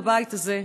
בבית הזה,